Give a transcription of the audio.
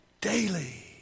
daily